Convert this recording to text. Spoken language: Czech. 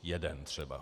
Jeden třeba.